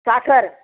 साखर